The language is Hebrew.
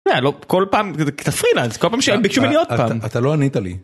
לא, כל פעם, אתה פרילנס, כל פעם שהם ביקשו ממני עוד פעם. אתה לא ענית לי.